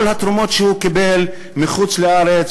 כל התרומות שהוא קיבל מחוץ-לארץ,